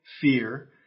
fear